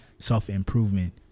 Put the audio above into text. self-improvement